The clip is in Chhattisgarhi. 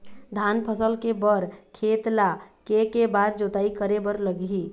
धान फसल के बर खेत ला के के बार जोताई करे बर लगही?